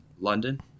London